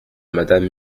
madame